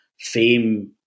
fame